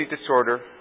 disorder